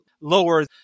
lower